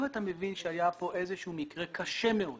אם אתה מבין שהיה כאן איזשהו מקרה קשה מאוד